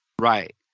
Right